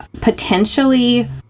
potentially